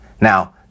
Now